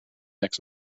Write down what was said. next